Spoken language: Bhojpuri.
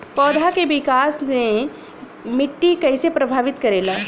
पौधा के विकास मे मिट्टी कइसे प्रभावित करेला?